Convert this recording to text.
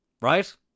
right